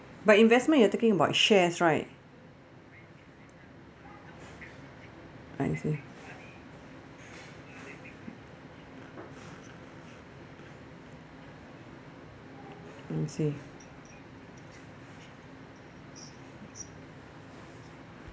but investment you are talking about shares right I see I see